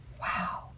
Wow